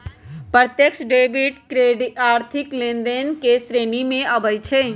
प्रत्यक्ष डेबिट आर्थिक लेनदेन के श्रेणी में आबइ छै